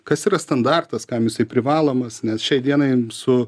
kas yra standartas kam jisai privalomas nes šiai dienai su